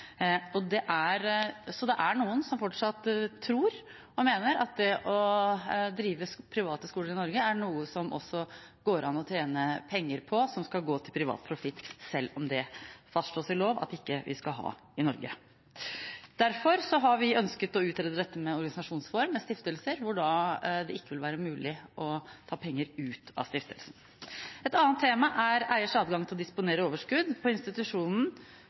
Det er noen som fortsatt tror og mener at det å drive private skoler i Norge er noe som det også går an å tjene penger på, som skal gå til privat profitt, selv om det fastslås i lov at vi ikke skal ha det i Norge. Derfor har vi ønsket å utrede dette med organisasjonsform, med stiftelser, hvor det da ikke vil være mulig å ta penger ut av stiftelsen. Et annet tema er eiers adgang til å disponere overskudd